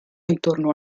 intorno